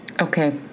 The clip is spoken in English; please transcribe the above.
Okay